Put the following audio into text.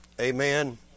Amen